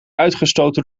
uitgestoten